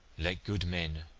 let good men,